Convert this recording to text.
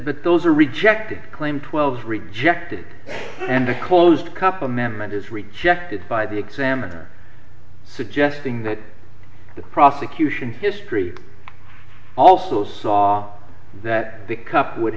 but those are rejected claims twelve's rejected and a closed cup amendment is rejected by the examiner suggesting that the prosecution history also saw that the cup would